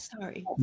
Sorry